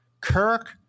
Kirk